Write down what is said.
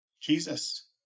Jesus